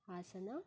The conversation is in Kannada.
ಹಾಸನ